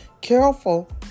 careful